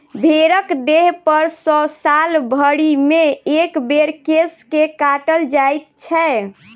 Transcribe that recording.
भेंड़क देहपर सॅ साल भरिमे एक बेर केश के काटल जाइत छै